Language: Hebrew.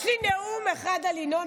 יש לי נאום אחד על ינון,